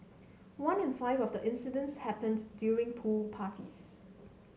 one in five of the incidents happened during pool parties